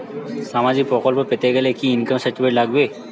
সামাজীক প্রকল্প পেতে গেলে কি ইনকাম সার্টিফিকেট লাগবে?